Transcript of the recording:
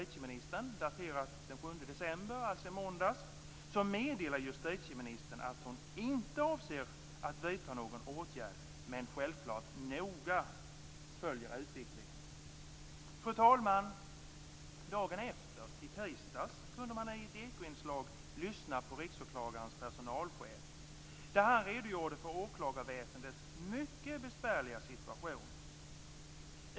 I frågesvaret, daterat den 7 december - alltså i måndags - meddelar justitieministern att hon inte avser att vidta någon åtgärd men självklart noga följer utvecklingen. Fru talman! Dagen efter - i tisdags - kunde man i ett Ekoinslag lyssna på Riksåklagarens pesonalchef när han redogjorde för åklagarväsendets mycket besvärliga situation.